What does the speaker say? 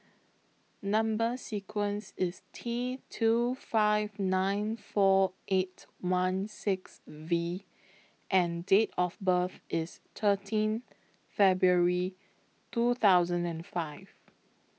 Number sequence IS T two five nine four eight one six V and Date of birth IS thirteen February two thousand and five